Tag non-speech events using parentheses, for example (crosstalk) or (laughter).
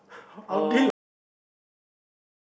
I'll deal lah serious (laughs)